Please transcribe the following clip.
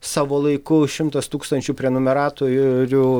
savo laiku šimtas tūkstančių prenumeratorių